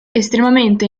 estremamente